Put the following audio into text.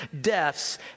deaths